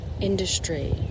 industry